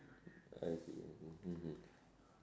I see I see mmhmm